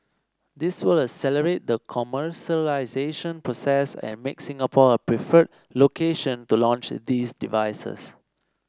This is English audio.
this will accelerate the commercialisation process and make Singapore a preferred location to launch these devices